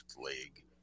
league